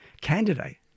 candidate